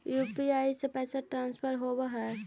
UPI से पैसा transfer होवहै?